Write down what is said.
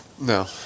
No